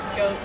go